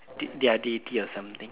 their deity or something